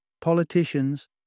politicians